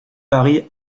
paris